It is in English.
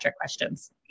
questions